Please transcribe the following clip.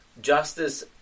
justice